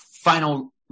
final